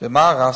במה הרסתי?